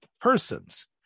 persons